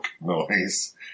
noise